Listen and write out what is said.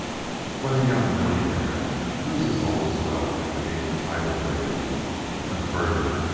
when a young millionaire loses all his wealth beneath a tidal wave when, further,